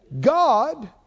God